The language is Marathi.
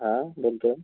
हां बोलतो आहे